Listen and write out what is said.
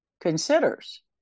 considers